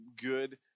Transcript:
good